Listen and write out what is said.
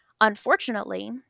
Unfortunately